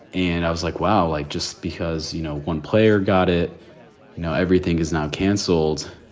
and i was like, wow. like, just because, you know, one player got it. you know, everything is now canceled.